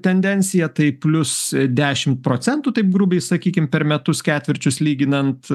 tendencija taip plius dešimt procentų taip grubiai sakykim per metus ketvirčius lyginant